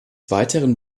weiteren